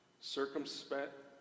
circumspect